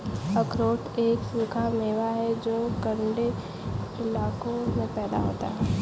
अखरोट एक सूखा मेवा है जो ठन्डे इलाकों में पैदा होता है